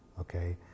okay